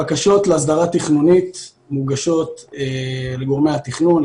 בקשות להסדרה תכנונית מוגשות לגורמי התכנון,